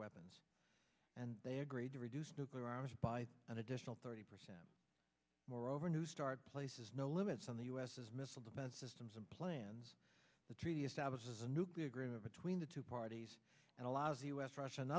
weapons and they agreed to reduce nuclear arms by an additional thirty percent moreover new start places no limits on the u s missile defense systems and plans the treaty establishes a newbie agreement between the two parties and allows us russia